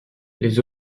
les